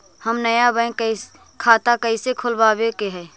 हम नया बैंक खाता कैसे खोलबाबे के है?